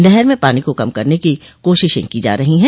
नहर में पानी को कम करने की कोशिशें की जा रही हैं